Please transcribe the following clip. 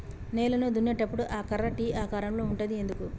నేలను దున్నేటప్పుడు ఆ కర్ర టీ ఆకారం లో ఉంటది ఎందుకు?